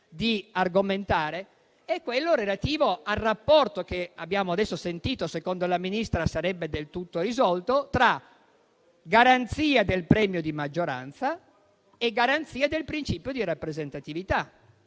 di argomentare è quello relativo al rapporto - che come abbiamo sentito adesso, secondo la Ministra, sarebbe del tutto risolto - tra garanzia del premio di maggioranza e garanzia del principio di rappresentatività.